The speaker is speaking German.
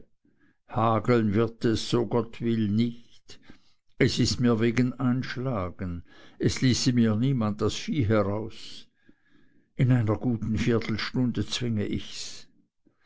hageln wird es so gott will nicht es ist mir wegen einschlagen es ließe mir niemand das vieh heraus in einer guten viertelstunde zwinge ichs